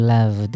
Love